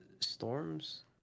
storms